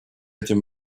этим